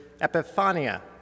epiphania